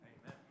Amen